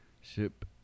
ship